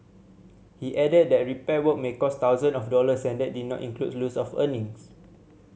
he added that repair work may cost thousand of dollars and that did not include loss of earnings